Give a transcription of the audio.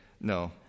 No